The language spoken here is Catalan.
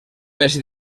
més